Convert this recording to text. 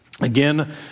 Again